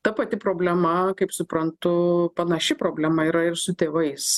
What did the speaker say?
ta pati problema kaip suprantu panaši problema yra ir su tėvais